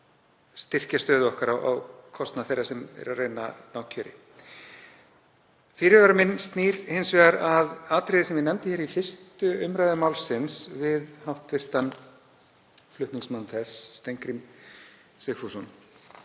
styrkja stöðu okkar á kostnað þeirra sem eru að reyna að ná kjöri. Fyrirvari minn snýr hins vegar að atriði sem ég nefndi í 1. umr. málsins við hv. flutningsmann þess, Steingrím J. Sigfússon,